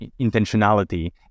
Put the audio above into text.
intentionality